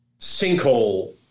sinkhole